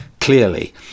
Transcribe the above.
clearly